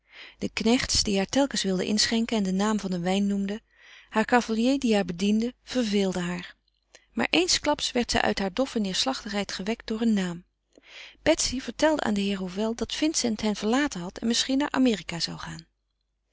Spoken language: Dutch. de knechts die haar telkens wilden inschenken en den naam van een wijn noemden haar cavalier die haar bediende verveelden haar maar eensklaps werd zij uit hare doffe neêrslachtigheid gewekt door een naam betsy vertelde aan den heer hovel dat vincent hen verlaten had en misschien naar amerika zou gaan